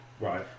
right